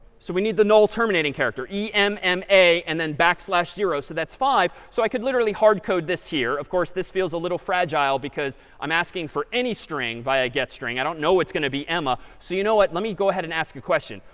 so we need the null terminating character, e m m a and then backslash zero. so that's five. so i could literally hard code this here. of course, this feels a little fragile because i'm asking for any string via getstring. i don't know it's going to be emma. so you know what, let me go ahead and ask a question?